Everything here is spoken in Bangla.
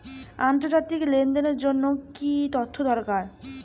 আন্তর্জাতিক লেনদেনের জন্য কি কি তথ্য দরকার?